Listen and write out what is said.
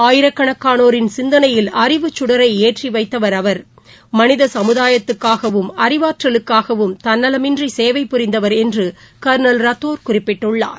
ஆயிரக்கணக்கானோரின் சிந்தனையில் அறிவுச்சுடரைஏற்றிவைத்தவர் அவர் மனிதசமுதாயத்துக்காகவும் அறிவாற்றலுக்காகவும் தன்னலமின்றிசேவை புரிந்தவர் என்றுகள்னல் ரத்தோர் குறிப்பிட்டுள்ளார்